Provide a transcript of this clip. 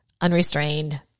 unrestrained